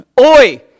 Oi